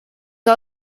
que